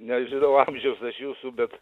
nežinau amžiaus aš jūsų bet